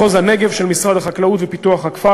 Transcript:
מחוז הנגב של משרד החקלאות ופיתוח הכפר,